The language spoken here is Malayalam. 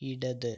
ഇടത്